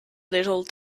little